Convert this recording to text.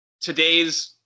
today's